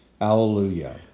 Alleluia